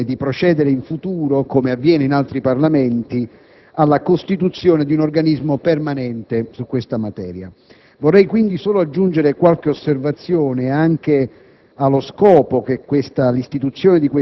indicata nella mozione, di procedere in futuro, come avviene in altri Parlamenti, alla costituzione di un organismo permanente in questa materia. Vorrei pertanto aggiungere solo qualche osservazione affinché